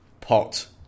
pot